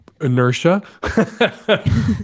inertia